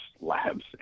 labs